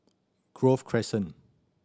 Grove Crescent